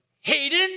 Hayden